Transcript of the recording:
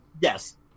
Yes